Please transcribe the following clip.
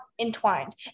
entwined